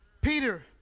Peter